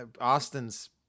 Austin's